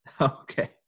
Okay